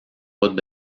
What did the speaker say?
routes